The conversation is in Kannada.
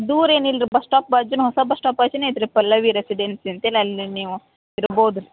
ದೂರ ಏನಿಲ್ಲ ರೀ ಬಸ್ ಸ್ಟಾಪ್ ಬಾಜೂನೆ ಹೊಸ ಬಸ್ ಸ್ಟಾಪ್ ಬಾಜೂನೆ ಐತೆ ರೀ ಪಲ್ಲವಿ ರೆಸಿಡೆನ್ಸಿ ಅಂತೇಳಿ ಅಲ್ಲಿ ನೀವು ಇರ್ಬೌದು ರೀ